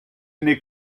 n’est